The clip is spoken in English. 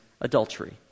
adultery